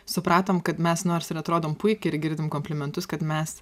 supratom kad mes nors ir atrodom puikiai ir girdim komplimentus kad mes